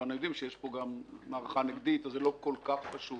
אבל אנחנו יודעים שיש פה גם מערכה נגדית אז זה לא כל כך פשוט.